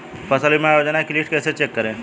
फसल बीमा योजना की लिस्ट कैसे चेक करें?